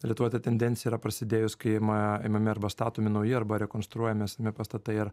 lietuvoj ta tendencija yra prasidėjus kai ima imami arba statomi nauji arba rekonstruojami esami pastatai ar